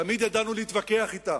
תמיד ידענו להתווכח אתם,